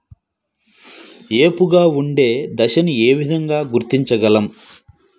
ఏపుగా ఉండే దశను ఏ విధంగా గుర్తించగలం?